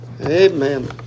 Amen